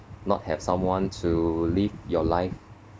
not have someone to live your life